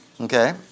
Okay